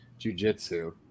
jujitsu